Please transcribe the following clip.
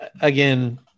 again